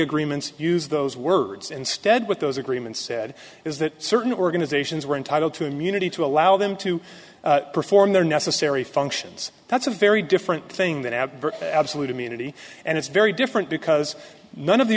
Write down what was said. agreements used those words instead with those agreements said is that certain organizations were entitled to immunity to allow them to perform their necessary functions that's a very different thing than at absolute immunity and it's very different because none of the